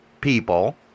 people